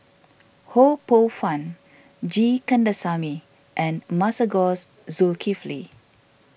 Ho Poh Fun G Kandasamy and Masagos Zulkifli